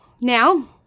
Now